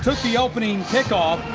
the opening kick-off,